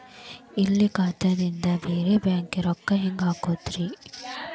ಇಲ್ಲಿ ಖಾತಾದಿಂದ ಬೇರೆ ಬ್ಯಾಂಕಿಗೆ ರೊಕ್ಕ ಹೆಂಗ್ ಹಾಕೋದ್ರಿ?